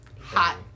hot